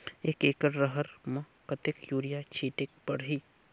एक एकड रहर म कतेक युरिया छीटेक परही?